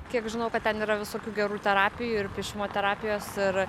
kiek žinau kad ten yra visokių gerų terapijų ir piešimo terapijos ir